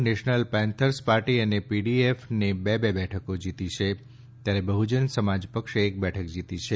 national panthers party અને PDF એ બે બે બેઠકો જીતી જ્યારે બહ્જન સમાજપક્ષે એક બેઠક જીતી છે